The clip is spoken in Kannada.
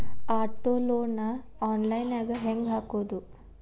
ಆಟೊ ಲೊನ್ ನ ಆನ್ಲೈನ್ ನ್ಯಾಗ್ ಹೆಂಗ್ ಹಾಕೊದು?